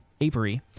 Avery